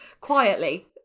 Quietly